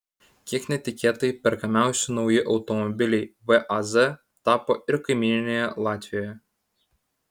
kiek netikėtai perkamiausi nauji automobiliai vaz tapo ir kaimyninėje latvijoje